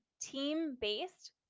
team-based